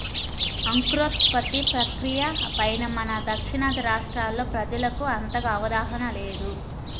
అంకురోత్పత్తి ప్రక్రియ పైన మన దక్షిణాది రాష్ట్రాల్లో ప్రజలకు అంతగా అవగాహన లేదు